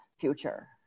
future